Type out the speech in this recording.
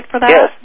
Yes